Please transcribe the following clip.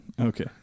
okay